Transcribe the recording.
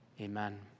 amen